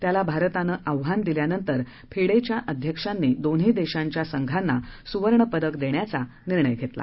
त्याला भारतानं आव्हान दिल्यानंतर फिडेच्या अध्यक्षांनी दोन्ही देशांच्या संघांना सुवर्णपदक देण्याचा निर्णय घेतला